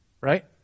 Right